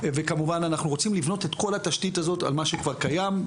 וכמובן אנחנו רוצים לבנות את כל התשתית הזאת על מה שכבר קיים,